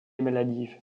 maladive